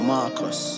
Marcus